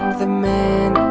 the men